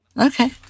Okay